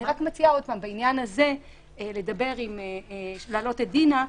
אני רק מציעה עוד פעם בעניין הזה להעלות את דינה,